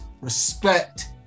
respect